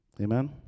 Amen